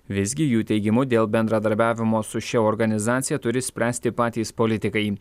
visgi jų teigimu dėl bendradarbiavimo su šia organizacija turi spręsti patys politikai